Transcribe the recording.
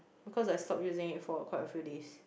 because I stop using it for quite a few days